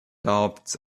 doubts